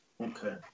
Okay